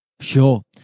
sure